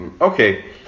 okay